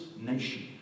nation